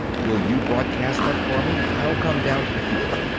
will you broadcast that for me? i'll come down to the field.